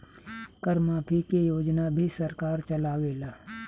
कर माफ़ी के योजना भी सरकार चलावेला